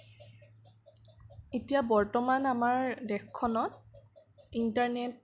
এতিয়া বৰ্তমান আমাৰ দেশখনত ইন্টাৰনেট